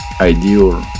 ideal